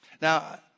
Now